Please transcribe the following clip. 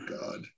God